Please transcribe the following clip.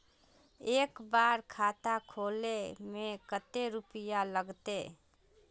एक बार खाता खोले में कते रुपया लगते?